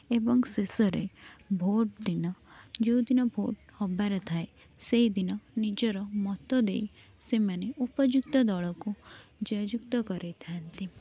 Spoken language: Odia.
ଏବଂ ଶେଷରେ ଭୋଟଦିନ ଯେଉଁଦିନ ଭୋଟ ହବାର ଥାଏ ସେହିଦିନ ନିଜର ମତ ଦେଇ ସେମାନେ ଉପଯୁକ୍ତ ଦଳକୁ ଜୟଯୁକ୍ତ କରାଇଥାନ୍ତି